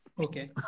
Okay